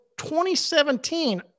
2017